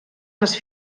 les